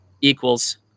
equals